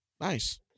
nice